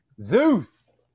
Zeus